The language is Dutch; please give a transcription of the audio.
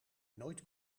nooit